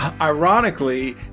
Ironically